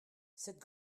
cette